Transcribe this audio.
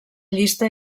llista